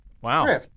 Wow